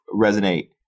resonate